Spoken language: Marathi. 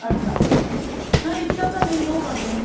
अच्छा नाही रिक्षा चालेल नो प्रॉब्लेम